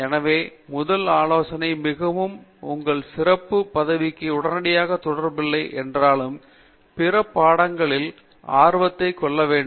எனவே முதல் ஆலோசனை மிகவும் உங்கள் சிறப்பு பகுதிக்கு உடனடியாக தொடர்பான இல்லை என்றாலும் பிற பாடங்களில் ஆர்வத்தை கொள்ள வேண்டும்